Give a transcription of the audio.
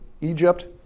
Egypt